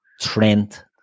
Trent